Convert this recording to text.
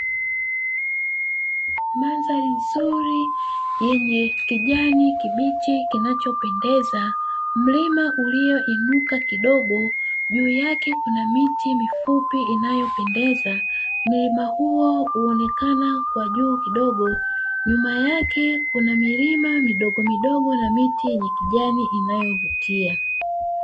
Mandhari nzuri yenye kijani kibichi kinachopendeza. Mlima ulioinuka kidogo juu yake kuna miti mifupi inayopendeza, mlima huo huonekana kwa juu kidogo, nyuma yake kuna milima midogomidogo na miti yenye kijani inayovutia.